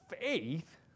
faith